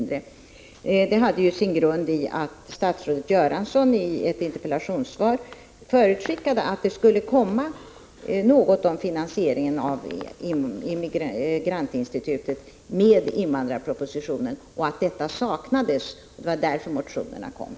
Detta har sin grund i att statsrådet Göransson i ett interpellationssvar förutskickade att det med invandrarpropositionen skulle komma ett förslag om finansiering av Immigrantinstitutet. Detta saknades dock. Därför väcktes dessa motioner.